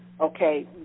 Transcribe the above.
Okay